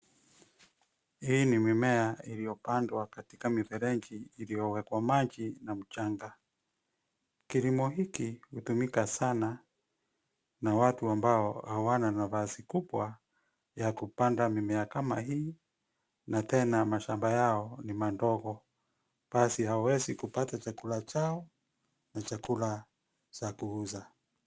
Hii ni mimea iliyopandwa katika mifereji iliyowekwa maji na mchanga. Kilimo hiki hutumika sana na watu ambao hawana nafasi kubwa kupanda mimea kama hii na tena mashamba yao ni madogo, na basi hawawezi kupata chakula chao na chakula za kuuza.